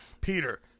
Peter